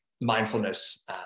mindfulness